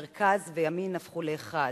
מרכז וימין הפכו לאחד,